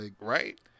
Right